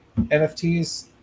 NFTs